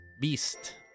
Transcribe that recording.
beast